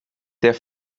der